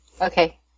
Okay